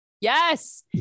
Yes